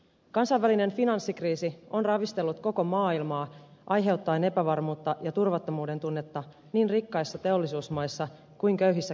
kansainvälinen finanssikriisi on ravistellut koko maailmaa aiheuttaen epävarmuutta ja turvattomuuden tunnetta niin rikkaissa teollisuusmaissa kuin köyhissä kehitysmaissakin